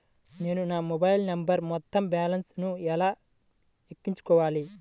నేను నా మొబైల్ నంబరుకు మొత్తం బాలన్స్ ను ఎలా ఎక్కించుకోవాలి?